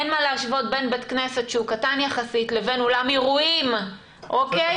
אין מה להשוות בין בית כנסת קטן יחסית לבין אולם אירועים גדול.